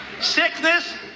Sickness